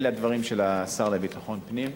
אלה הדברים של השר לביטחון פנים,